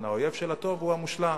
האויב של הטוב הוא המושלם.